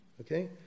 Okay